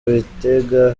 bitega